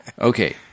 Okay